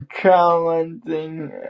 challenging